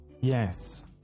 Yes